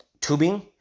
tubing